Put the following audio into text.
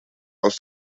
aus